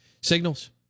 signals